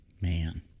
Man